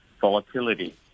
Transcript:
volatility